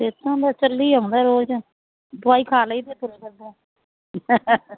ਸਿਹਤਾਂ ਬਸ ਚਲੀ ਆਉਂਦਾ ਰੋਜ ਦਵਾਈ ਖਾ ਲਈ ਤੇ ਤੁਰਿਆਂ ਜਾਂਦਾ